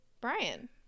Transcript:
Brian